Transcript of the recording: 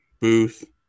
Booth